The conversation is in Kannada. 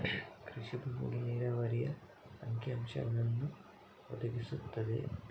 ಕೃಷಿ ಭೂಮಿಗೆ ನೀರಾವರಿಯ ಅಂಕಿ ಅಂಶಗಳನ್ನು ಒದಗಿಸುತ್ತದೆ